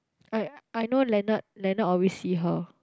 I I know leonard leonard always see her